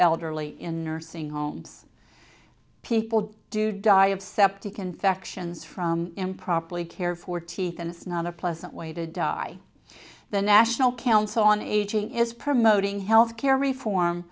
elderly in nursing homes people do die of septic infections from improperly care for teeth and it's not a pleasant way to die the national council on aging is promoting health care reform